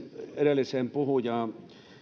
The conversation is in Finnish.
edellisen puhujan kanssa